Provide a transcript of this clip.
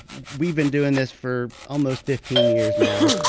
we've been doing this for almost fifteen years now.